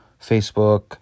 Facebook